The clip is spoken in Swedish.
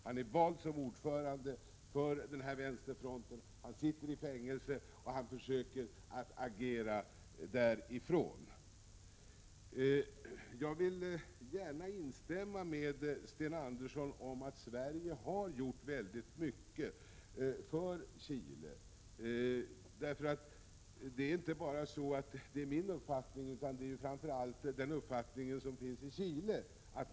Han är vald som ordförande för vänsterfronten. Han sitter i fängelse, och han försöker agera därifrån. Jag vill gärna instämma i vad Sten Andersson sade om att Sverige har gjort väldigt mycket för Chile. Det är inte bara min uppfattning, utan det är framför allt den uppfattningen som finns i Chile.